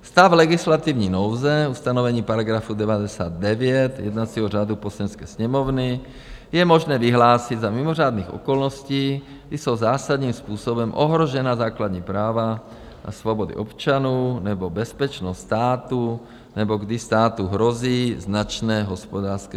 Stav legislativní nouze, ustanovení § 99 jednacího řádu Poslanecké sněmovny, je možné vyhlásit za mimořádných okolností, kdy jsou zásadním způsobem ohrožena základní práva a svobody občanů nebo bezpečnost státu nebo když státu hrozí značné hospodářské škody.